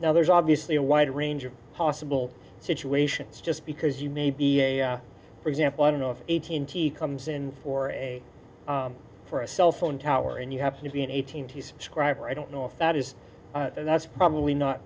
now there's obviously wide range of possible situations just because you may be for example i don't know if eighteen t comes in for a for a cell phone tower and you have to be eighteen to subscriber i don't know if that is so that's probably not